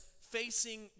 facing